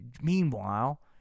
meanwhile